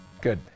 Good